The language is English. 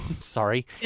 sorry